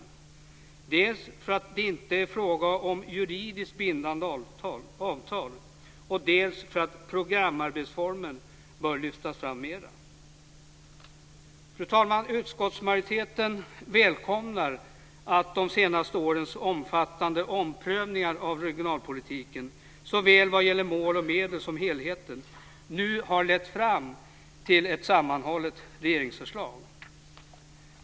Det gör de dels för att det inte är fråga om några juridiskt bindande avtal, dels för att programarbetsformen bör lyftas fram mer. Fru talman! Utskottsmajoriteten välkomnar att de senaste årens omfattande omprövningar av regionalpolitiken såväl vad gäller mål och medel som vad gäller helheten nu har lett fram till ett sammanhållet regeringsförslag.